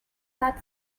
that